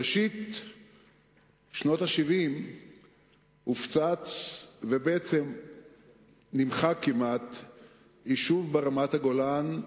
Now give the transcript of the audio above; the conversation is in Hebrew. בראשית שנות ה-70 הופצץ ובעצם כמעט נמחק יישוב ברמת-הגולן,